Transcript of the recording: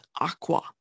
aqua